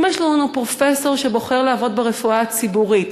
אם יש לנו פרופסור שבוחר לעבוד ברפואה הציבורית,